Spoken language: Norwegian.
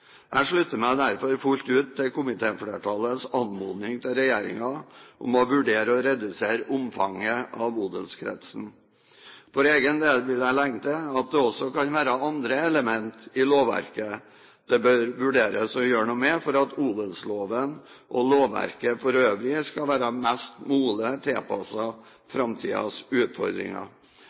Jeg slutter meg derfor fullt ut til komiteflertallets anmodning til regjeringen om å vurdere å redusere omfanget av odelskretsen. For egen del vil jeg legge til at det også kan være andre elementer i lovverket det bør vurderes å gjøre noe med for at odelsloven og lovverket for øvrig skal være best mulig tilpasset framtidens utfordringer,